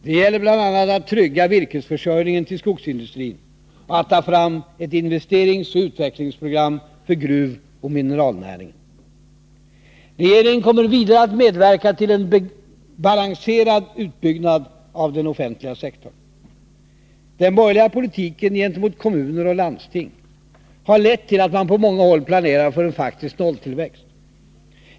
Det gäller bl.a. att trygga virkesförsörjningen till skogsindustrin och att ta fram ett investeringsoch utvecklingsprogram för gruvoch mineralnäringen. Regeringen kommer vidare att medverka till en balanserad utbyggnad av den offentliga sektorn. Den borgerliga politiken gentemot kommuner och landsting har lett till att man nu på många håll planerar för en faktisk nolltillväxt.